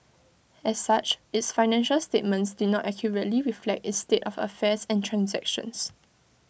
as such its financial statements did not accurately reflect its state of affairs and transactions